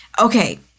Okay